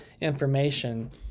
information